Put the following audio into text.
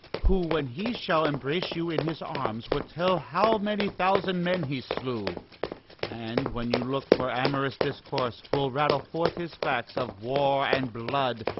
who, when he shall embrace you in his arms, will tell how many thousand men he slew and, when you look for amorous discourse, will rattle forth his facts of war and blood,